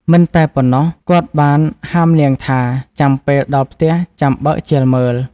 មិនតែប៉ុណ្ណោះ គាត់បានហាមនាងថាចាំពេលដល់ផ្ទះចាំបើកជាលមើល។